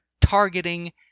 targeting